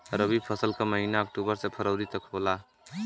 रवी फसल क महिना अक्टूबर से फरवरी तक होला